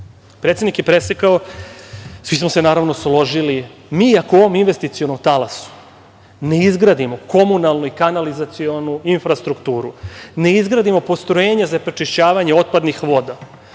Predsednik je presekao. Svi smo se naravno složili. Mi ako u ovom investicionom talasu ne izgradimo komunalne i kanalizacionu infrastrukturu ne izgradimo postrojenja za prečišćavanje otpadnih voda